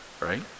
right